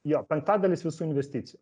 jo penktadalis visų investicijų